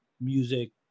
music